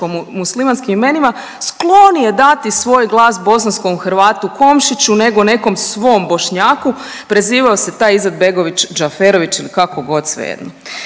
bošnjačko-muslimanskim imenima skloniji dati svoj glas bosanskom Hrvatu Komšiću nego nekom svom Bošnjaku prezivao se taj Izetbegović, Džaferović ili kako god svejedno.